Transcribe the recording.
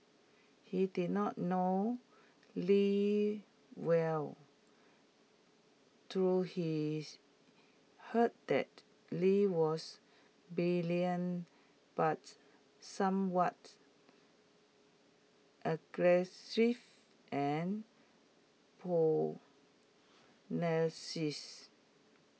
he did not know lee well though his heard that lee was brilliant but somewhat aggressive and